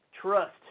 Trust